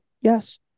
yes